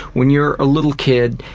when you're a little kid,